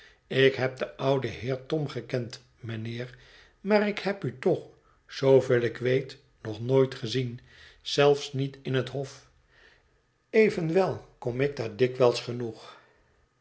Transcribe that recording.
ik heb den ouden heer tom gekend mijnheer maar ik heb u toch zooveel ik weet nog nooit gezien zelfs niet in het hof evenwel kom ik daar dikwijls genoeg